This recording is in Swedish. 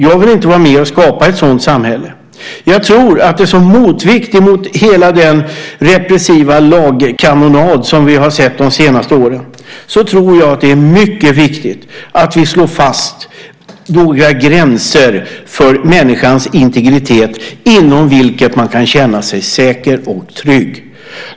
Jag vill inte vara med och skapa ett sådant samhälle. Jag tror att det som motvikt mot hela den repressiva lagkanonad som vi har sett de senaste åren är mycket viktigt att vi slår fast en gräns för människans integritet inom vilken man kan känna sig säker och trygg.